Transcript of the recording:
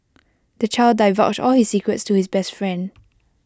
the child divulged all his secrets to his best friend